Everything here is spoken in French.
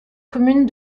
commune